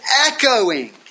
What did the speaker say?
echoing